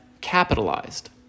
capitalized